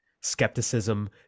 Skepticism